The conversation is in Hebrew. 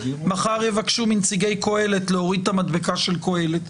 מחר יבקשו מנציגי קהלת להוריד את המדבקה של קהלת.